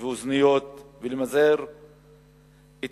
ואוזניות ולמזער את